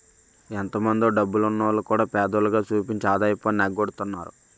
ఎంతో మందో డబ్బున్నోల్లు కూడా పేదోల్లుగా సూపించి ఆదాయపు పన్ను ఎగ్గొడతన్నారు